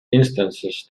instances